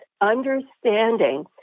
understanding